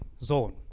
zone